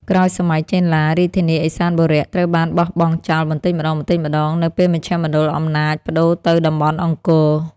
ក្រោយសម័យចេនឡា រាជធានីឦសានបុរៈត្រូវបានបោះបង់ចោលបន្តិចម្តងៗនៅពេលមជ្ឈមណ្ឌលអំណាចប្តូរទៅតំបន់អង្គរ។